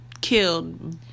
killed